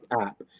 app